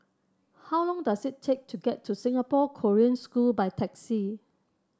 how long does it take to get to Singapore Korean School by taxi